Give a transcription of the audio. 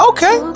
Okay